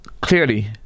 clearly